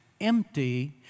empty